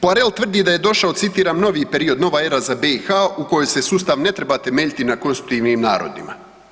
Poirel tvrdi da je došao, citiram, novi period, nova era za BiH, u kojem se sustav ne treba temeljiti na konstitutivnim narodima.